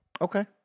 Okay